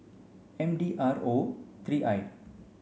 M D R O three I